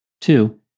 Two